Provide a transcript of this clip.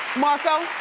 marco,